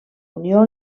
unió